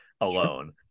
alone